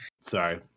Sorry